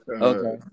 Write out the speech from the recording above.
Okay